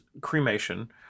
cremation